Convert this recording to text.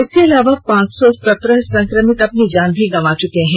इसके अलावा पांच सौ सत्रह संक्रमित अपनी जान गंवा चुके हैं